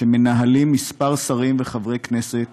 שמנהלים כמה שרים וחברי כנסת